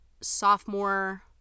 Sophomore